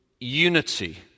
unity